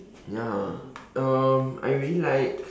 ya um I really like